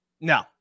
No